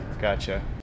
Gotcha